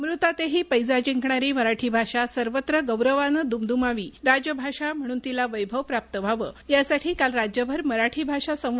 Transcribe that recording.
अमृतातेही पैजा जिंकणारी मराठी भाषा सर्वत्र गौरवानं दुमदुमवी राजभाषा म्हणून तिला वैभव प्राप्त व्हावं यासाठी काल राज्यभर मराठी भाषा संवर्धनाचा जागर करण्यात आला